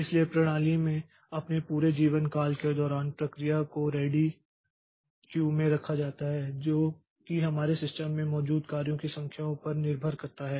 इसलिए प्रणाली में अपने पूरे जीवनकाल के दौरान प्रक्रिया को रेडी क्यू में रखा जाता है जो कि हमारे सिस्टम में मौजूद कार्यों की संख्या पर निर्भर करता है